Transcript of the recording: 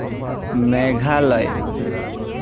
Meghalaya